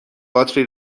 باتری